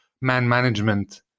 man-management